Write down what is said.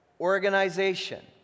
organization